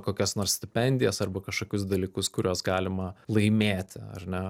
kokias nors stipendijas arba kažkokius dalykus kuriuos galima laimėti ar ne